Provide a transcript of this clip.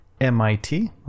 MIT